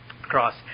cross